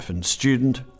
student